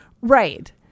Right